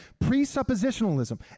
Presuppositionalism